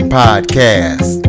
podcast